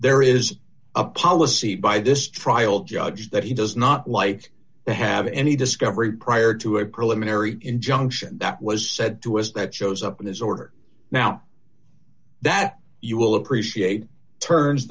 there is a policy by this trial judge that he does not like to have any discovery prior to a preliminary injunction that was said to us that shows up in this order now that you will appreciate turns